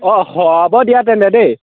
অঁ হ'ব দিয়া তেন্তে দেই